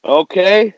okay